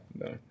no